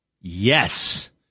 Yes